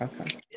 Okay